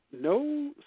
No